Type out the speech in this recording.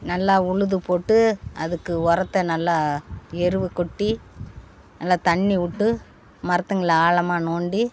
நல்லா உழுது போட்டு அதுக்கு ஒரத்தை நல்லா எருவு கொட்டி நல்லா தண்ணி விட்டு மரத்துங்கள ஆழமாக நோண்டி